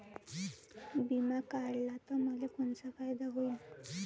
बिमा काढला त मले कोनचा फायदा होईन?